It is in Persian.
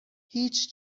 هیچ